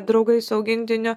draugai su augintiniu